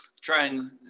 trying